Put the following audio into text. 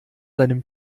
deinem